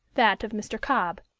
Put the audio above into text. that of mr. cobb.